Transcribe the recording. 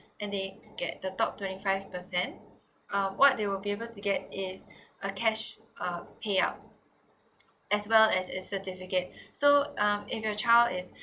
and they get the top twenty five percent ah what they will be able to get is uh cash uh payout as well as a certificate so um if your child is